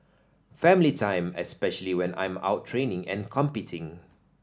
family time especially when I'm out training and competing